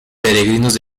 peregrinos